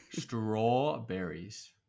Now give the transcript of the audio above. Strawberries